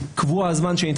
קבוע הזמן שניתן